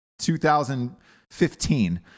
2015